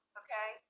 okay